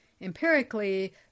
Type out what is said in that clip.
empirically